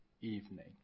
evening